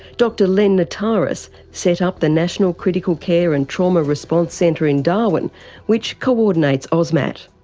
dr len notaras set up the national critical care and trauma response centre in darwin which coordinates ausmat.